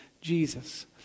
Jesus